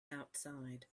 outside